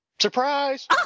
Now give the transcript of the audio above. Surprise